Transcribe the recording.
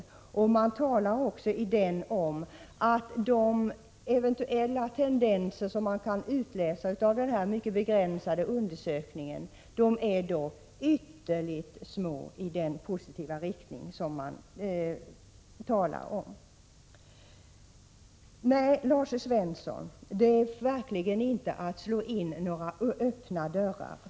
I rapporten talas det också om att de eventuellt positiva tendenser som man kan utläsa av den mycket begränsade undersökningen är utomordentligt obetydliga. Nej, Lars Svensson, det rör sig verkligen inte om att slå in några öppna dörrar.